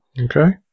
Okay